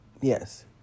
Yes